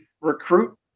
recruit